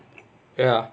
ya